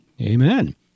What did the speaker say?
Amen